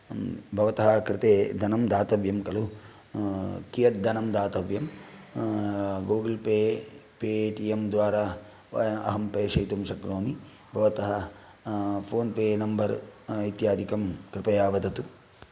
भवतः कृते धनं दातव्यं खलु कीयत् धनं दातव्यं गुगल् पे पेटियम् द्वारा अहं प्रेशयितुं शक्नोमि भवतः फोन्पे नम्बर् इत्यादिकं कृपया वदतु